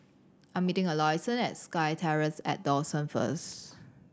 I am meeting Allyson at SkyTerrace at Dawson first